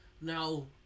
Now